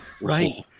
Right